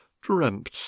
dreamt